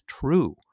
true